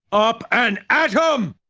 up! and atom!